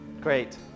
Great